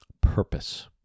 purpose